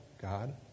God